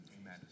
Amen